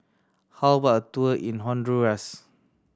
how about a tour in Honduras